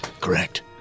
Correct